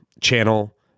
channel